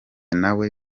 nawe